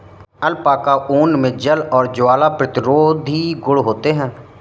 alpaca ऊन मे जल और ज्वाला प्रतिरोधी गुण होते है